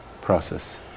process